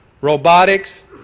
robotics